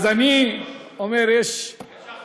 אז אני אומר, יש, יש החלטה